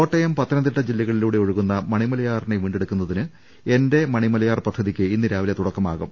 കോട്ടയം പത്തനംതിട്ട ജില്ലകളിലൂടെ ഒഴുകുന്ന മണിമലയാറിനെ വീണ്ടെടുക്കുന്നതിന് എന്റെ മണിമലയാർ പദ്ധതിക്ക് ഇന്ന് രാവിലെ തുടക്കമാകും